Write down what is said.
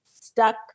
stuck